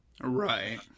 Right